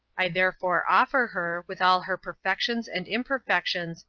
i therefore offer her, with all her perfections and imperfections,